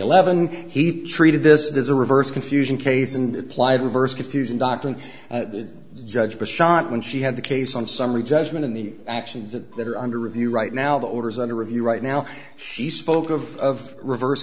eleven he treated this is a reverse confusion case and applied reverse confusing doctrine the judge was shocked when she had the case on summary judgment in the actions that that are under review right now the orders under review right now she spoke of reverse